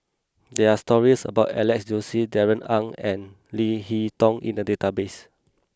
there are stories about Alex Josey Darrell Ang and Leo Hee Tong in the database